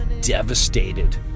devastated